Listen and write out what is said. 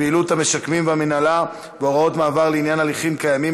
(סיום פעילות המשקמים והמינהלה והוראות מעבר לעניין הליכים קיימים),